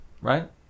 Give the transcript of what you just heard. Right